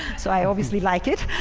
so i obviously like it